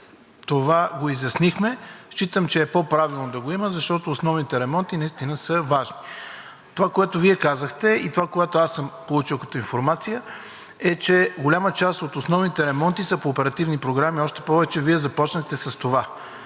това го изяснихме. Считам, че е по-правилно да го има, защото основните ремонти наистина са важни. Това, което Вие казахте, и това, което аз съм получил като информация, е, че голяма част от основните ремонти са по оперативни програми, още повече Вие започнахте с това.